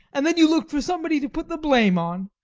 and then you looked for somebody to put the blame on.